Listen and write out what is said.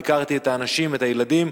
ביקרתי את האנשים ואת הילדים.